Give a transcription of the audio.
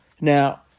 Now